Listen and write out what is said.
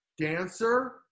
Dancer